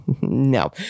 No